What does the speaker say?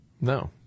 No